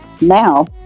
Now